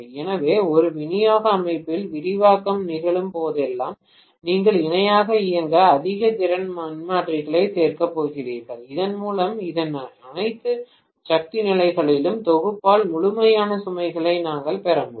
எனவே ஒரு விநியோக அமைப்பில் விரிவாக்கம் நிகழும் போதெல்லாம் நீங்கள் இணையாக இயங்க அதிக திறன் மின்மாற்றிகளைச் சேர்க்கப் போகிறீர்கள் இதன்மூலம் இதன் அனைத்து சக்தி நிலைகளின் தொகுப்பால் முழுமையான சுமைகளை நாங்கள் பெற முடியும்